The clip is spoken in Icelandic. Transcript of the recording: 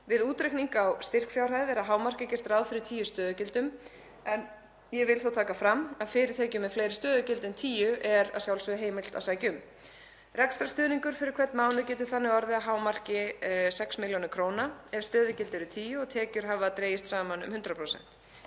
Við útreikning á styrkfjárhæð er að hámarki gert ráð fyrir tíu stöðugildum en ég vil þó taka fram að fyrirtækjum með fleiri stöðugildi en tíu er að sjálfsögðu heimilt að sækja um. Rekstrarstuðningur fyrir hvern mánuð getur þannig að hámarki orðið 6 millj. kr. ef stöðugildi eru tíu og tekjur hafa dregist saman um 100%.